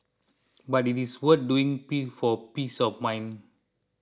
but it is worth doing being for peace of mind